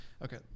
okay